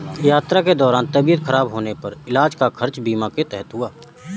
यात्रा के दौरान तबियत खराब होने पर इलाज का खर्च बीमा के तहत हुआ